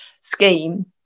scheme